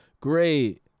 great